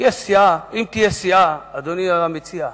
אדוני המציע,